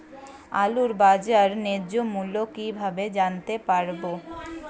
আলুর বাজার ন্যায্য মূল্য কিভাবে জানতে পারবো?